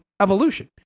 evolution